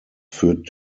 führt